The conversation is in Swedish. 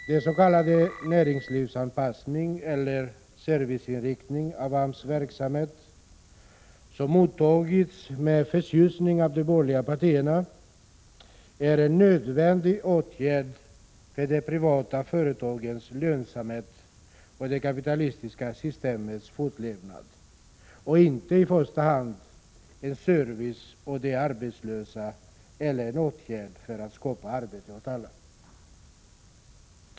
Den s.k. näringslivsanpassningen eller serviceinriktningen av AMS verksamhet, som har mottagits med förtjusning av de borgerliga partierna, är en nödvändig åtgärd för de privata företagens lönsamhet och det kapitalistiska systemets fortlevnad, och inte i första hand en service åt de arbetslösa eller en åtgärd för att skapa arbete åt alla.